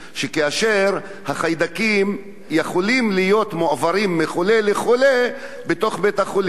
שבה החיידקים יכולים להיות מועברים מחולה לחולה בתוך בית-החולים.